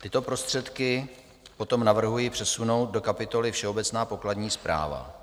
Tyto prostředky potom navrhuji přesunout do kapitoly všeobecná pokladní správa.